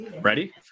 Ready